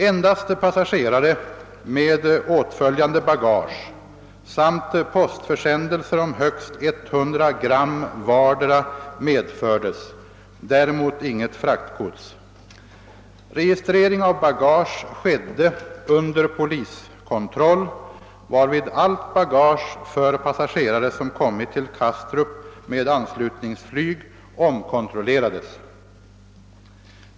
Endast passagerare med åtföljande bagage samt postförsändelser om högst 100 g vardera medfördes, däremot inget fraktgods. Registrering av bagage skedde under poliskontroll, varvid allt bagage för passagerare som kommit till Kastrup med anslutningsflyg omkontrollerades.